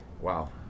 Wow